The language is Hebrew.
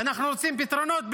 אנחנו רוצים פתרונות,